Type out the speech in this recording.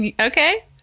Okay